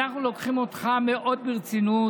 ואנחנו לוקחים אותך מאוד ברצינות.